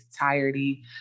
entirety